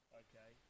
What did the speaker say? okay